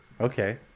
Okay